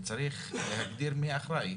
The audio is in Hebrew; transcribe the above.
וצריך להגדיר מי אחראי.